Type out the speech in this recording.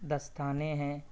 دستانے ہیں